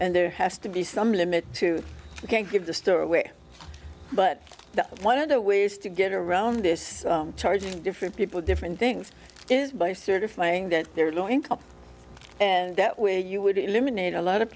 and there has to be some limit to you can't give the store away but one of the ways to get around this charging different people different things is by certifying that they're low income and that way you would eliminate a lot of